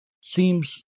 seems